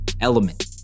Element